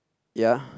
ya